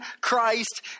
Christ